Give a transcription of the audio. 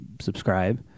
subscribe